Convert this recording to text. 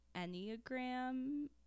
Enneagram-